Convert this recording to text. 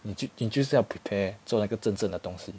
你就你就是要 prepare 做那个真正的东西